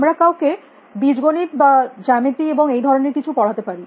আমরা কাউকে বীজগণিত বা জ্যামিতি এবং এই ধরনের কিছু পড়াতে পারি